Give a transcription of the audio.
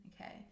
Okay